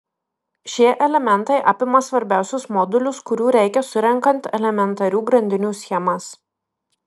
šie elementai apima svarbiausius modulius kurių reikia surenkant elementarių grandinių schemas